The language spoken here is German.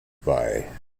bei